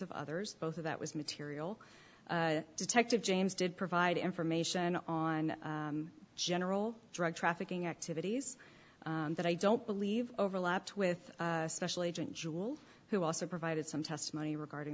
of others both of that was material detective james did provide information on general drug trafficking activities that i don't believe overlapped with special agent jewel who also provided some testimony regarding